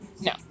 No